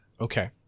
okay